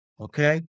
okay